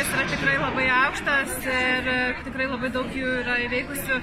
ir tikrai labai aukštas tikrai labai daug jų yra įveikusių